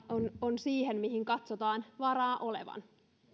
on siihen mihin katsotaan varaa olevan